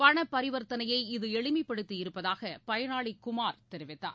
பணபரிவர்த்தனையை இது எளிமைபடுத்தி இருப்பதாகபயனாளிகுமார் தெரிவித்தார்